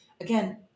Again